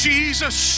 Jesus